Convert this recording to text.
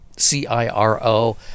C-I-R-O